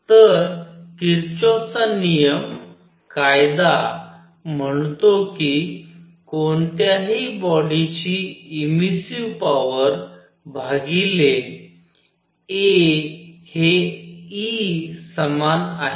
तर किरचॉफचा नियम कायदा म्हणतो की कोणत्याही बॉडीची इमिसिव्ह पॉवर भागिले a हे E समान आहे